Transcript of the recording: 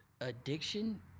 addiction